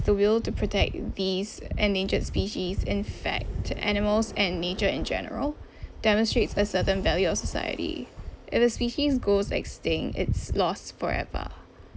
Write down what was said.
the will to protect these endangered species in fact to animals and nature in general demonstrates a certain value of society if the species goes extinct its lost forever